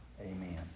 Amen